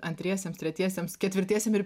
antriesiems tretiesiems ketvirtiesiem ir